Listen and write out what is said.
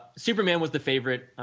superman was the favorite,